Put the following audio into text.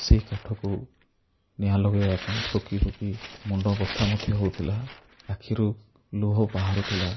ସେହି କାଠକୁ ନିଆ ଲଗାଇଵା ପାଇଁ ଫୁଙ୍କି ଫୁଙ୍କି ମୁଣ୍ଡ ବଥା ମଧ୍ୟ ହେଉଥିଲା ଆଖିରୁ ଲୁହ ବାହାରୁଥିଲା